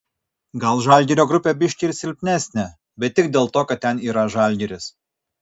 gal žalgirio grupė biški ir silpnesnė bet tik dėl to kad ten yra žalgiris